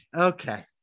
Okay